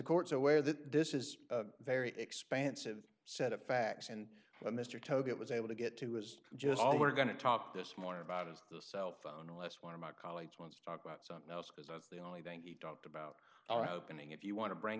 court's aware that this is a very expansive set of facts and what mr tobit was able to get to was just all we're going to talk this morning about is the cell phone unless one of my colleagues wants to talk about something else because that's the only thing he talked about our opening if you want to bring